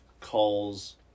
calls